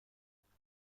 متاسف